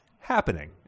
happening